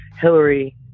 Hillary